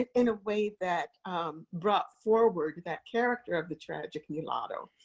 in a way that brought forward that character of the tragic mulatto.